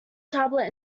tablet